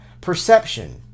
Perception